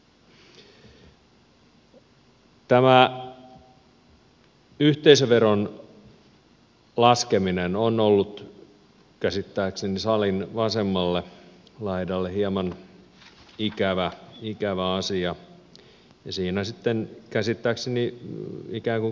tämä yhteisöveron laskeminen on ollut käsittääkseni salin vasemmalle laidalle hieman ikävä asia ja siinä sitten käsittääkseni ikään kuin kompensaationa on tämä osinkoverouudistus tehty